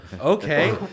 okay